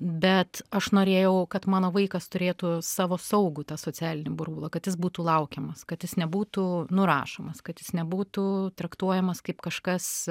bet aš norėjau kad mano vaikas turėtų savo saugų tą socialinį burbulą kad jis būtų laukiamas kad jis nebūtų nurašomas kad jis nebūtų traktuojamas kaip kažkas